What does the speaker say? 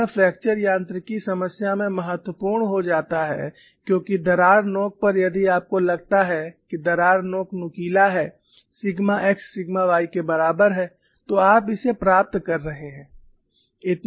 और यह फ्रैक्चर यांत्रिकी समस्या में महत्वपूर्ण हो जाता है क्योंकि दरार नोक पर यदि आपको लगता है कि दरार नोक नुकीला है सिग्मा x सिग्मा y के बराबर है तो आप इसे प्राप्त कर रहे हैं